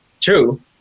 True